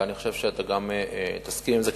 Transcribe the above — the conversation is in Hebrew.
ואני חושב שאתה גם תסכים עם זה,